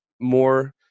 more